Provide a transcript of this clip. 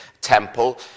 temple